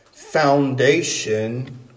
foundation